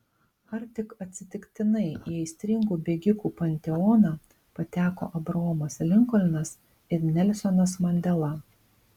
ar tik atsitiktinai į aistringų bėgikų panteoną pateko abraomas linkolnas ir nelsonas mandela